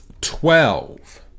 twelve